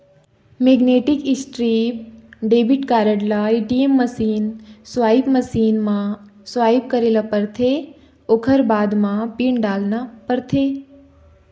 magnetic strip debit card ल ATM machine, swipe machine म swipe करे ल परथे ओखर बाद म पिन डालना परथे